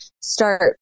start